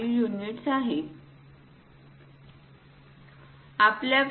5 unit आहे